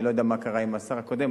אני לא יודע מה קרה עם השר הקודם,